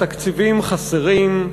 התקציבים חסרים,